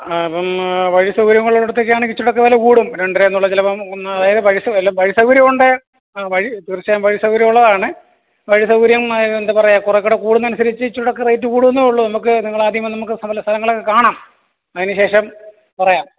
ആ ഇപ്പം വഴി സൗകര്യങ്ങളുള്ളടത്തക്കയാണെങ്കിൽ ഇച്ചിരൂടക്കെ വില കൂടും രണ്ടരാന്നുള്ളത് ചിലപ്പോൾ മൂന്ന് അതായത് വഴി വഴി സൗകര്യം ഉണ്ടോ വഴി തീർച്ചയായും വഴി സൗകര്യം ഉള്ളതാണ് വഴി സൗകര്യം എന്താ പറയുക കുറെക്കൂടെ കൂടുന്നതിനനുസരിച്ച് ഇച്ചിരൂടക്കെ റേറ്റ് കൂടുവന്നെ ഉള്ളു നമുക്ക് നിങ്ങളാദ്യം വന്ന് നമുക്ക് ആദ്യം സ്ഥലങ്ങളൊക്കെ കാണാം അതിന് ശേഷം പറയാം